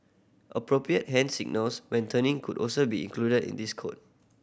appropriate hand signals when turning could also be included in this code